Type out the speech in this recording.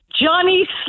Johnny